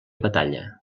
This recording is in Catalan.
batalla